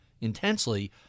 intensely